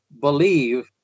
believe